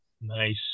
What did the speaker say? Nice